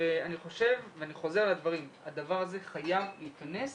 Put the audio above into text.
אני חוזר על הדברים, הדבר הזה חייב להיכנס